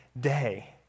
day